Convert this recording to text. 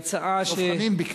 דב חנין ביקש.